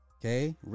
okay